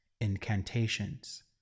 incantations